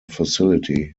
facility